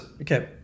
Okay